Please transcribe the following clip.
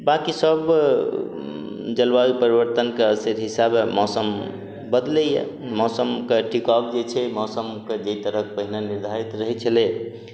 बाँकी सब जलवायु परिवर्तनके से हिसाबे मौसम बदलैया मौसमके टिकाउ जे छै मौसमके जाहि तरहक पहिने निर्धारित रहै छलै